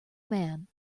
man